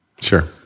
Sure